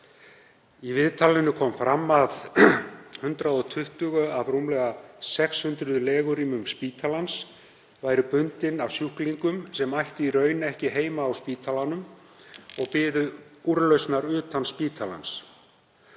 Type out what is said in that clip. Í viðtalinu kom fram að 120 af rúmlega 600 legurýmum spítalans væru bundin af sjúklingum sem ættu í raun ekki heima á spítalanum og biðu úrlausnar utan spítalans.